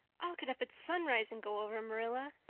i'll get up at sunrise and go over, marilla.